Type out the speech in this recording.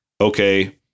okay